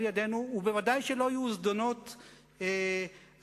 על-ידינו, וודאי שלא יהיו זדונות על-ידינו,